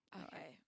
okay